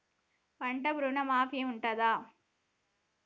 పంట ఋణం మాఫీ ఉంటదా?